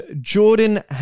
Jordan